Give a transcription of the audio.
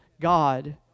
God